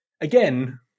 again